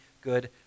good